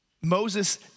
Moses